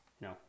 No